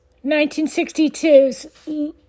1962's